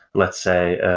let's say,